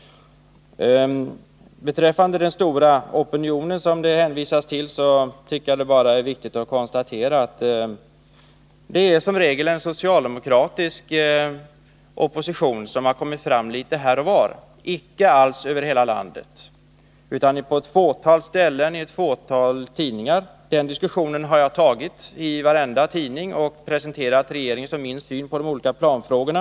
Beträffande den stora opinion som det hänvisas till, är det viktigt att konstatera att det som regel är en socialdemokratisk opposition som har framskymtat litet här och var — icke alls över hela landet, utan på ett fåtal ställen och i ett fåtal tidningar. Den diskussionen har jag tagit upp i varenda tidning, och jag har presenterat regeringens och min egen syn på de olika planfrågorna.